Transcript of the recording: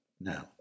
now